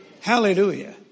Hallelujah